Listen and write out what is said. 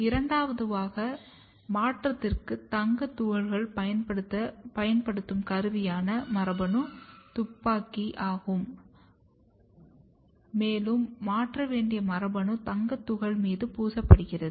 இரண்டாவதாக மாற்றத்திற்கு தங்கத் துகள்கள் பயன்படுத்தப்படுகின்ற கருவியான மரபணு துப்பாக்கி ஆகும் மேலும் மாற்ற வேண்டிய மரபணு தங்கத் துகள் மீது பூசப்படுகிறது